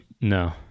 no